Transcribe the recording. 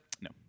No